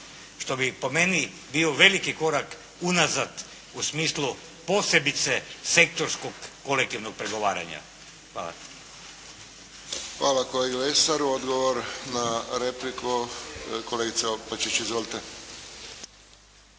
što bi po meni bio veliki korak unazad u smislu posebice sektorskog kolektivnog pregovaranja. Hvala. **Friščić, Josip (HSS)** Hvala kolegi Lesaru. Odgovor na repliku kolegica Opačić. Izvolite.